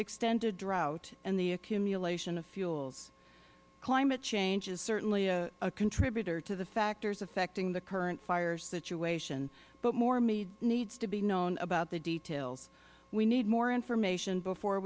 extended drought and the accumulation of fuels climate change is certainly a contributor to the factors affecting the current fire situation but more needs to be known about the details we need more information before